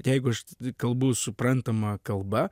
jeigu aš kalbu suprantama kalba